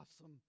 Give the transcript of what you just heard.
awesome